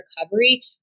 recovery